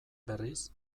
berriz